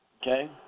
Okay